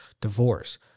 divorce